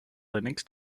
linux